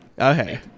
Okay